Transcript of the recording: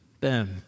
boom